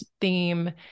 theme